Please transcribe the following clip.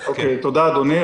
תודה אדוני.